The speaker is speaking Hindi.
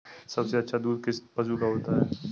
सबसे अच्छा दूध किस पशु का होता है?